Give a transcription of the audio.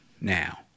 now